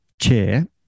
chair